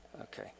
Okay